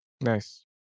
Nice